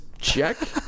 check